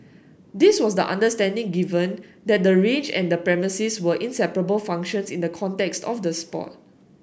this was the understanding given that the range and the premises were inseparable functions in the context of the sport